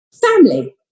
family